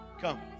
Come